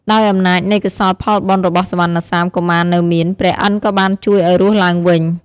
ដោយអំណាចនៃកុសលផលបុណ្យរបស់សុវណ្ណសាមកុមារនៅមាន ព្រះឥន្ទក៏បានជួយឲ្យរស់ឡើងវិញ។